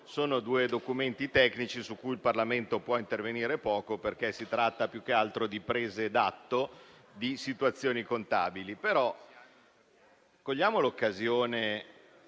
sono due documenti tecnici su cui il Parlamento può intervenire poco, perché si tratta più che altro di prese d'atto di situazioni contabili.